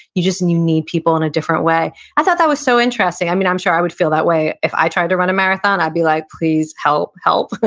you just, you need people in a different way i thought that was so interesting. i mean, i'm sure i would feel that way if i tried to run a marathon, i'd be like, please help, help. but